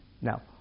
Now